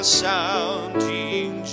sounding